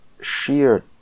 sheer